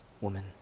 woman